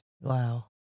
Wow